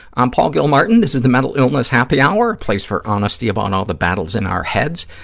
i'm paul gilmartin. this is the mental illness happy hour, a place for honesty about all the battles in our heads,